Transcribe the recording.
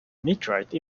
meteorite